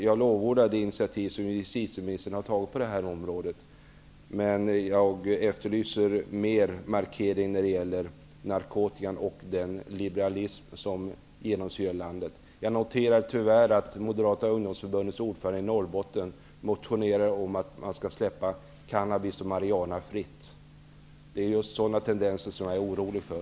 Jag lovordar det initiativ justitieministern har tagit på det här området. Men jag efterlyser också en starkare markering när det gäller narkotika och den liberalisering som genomsyrar landet. Jag noterar tyvärr att moderata ungdomsförbundets ordförande i Norrbotten har väckt motioner om att släppa cannabis och marijuana fritt. Det är just sådana tendenser jag är orolig för.